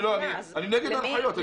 זה נגד ההנחיות.